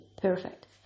Perfect